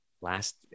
last